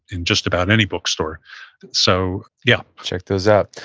in just about any bookstore so yeah check those out.